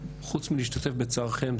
חוץ מלהשתתף בצערכן,